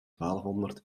twaalfhonderd